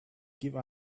give